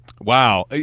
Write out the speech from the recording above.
Wow